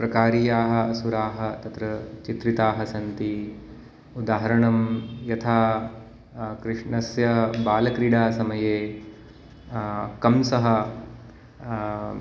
प्रकारीयाः असुराः तत्र चित्रिताः सन्ति उदाहरणं यथा कृष्णस्य बालक्रीडा समये कंसः